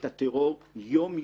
את הטרור יום-יום,